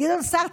גדעון סער,